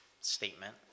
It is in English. statement